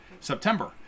September